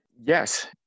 Yes